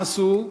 מה עשו?